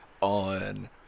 on